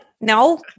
No